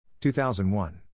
2001